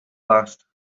last